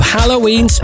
Halloween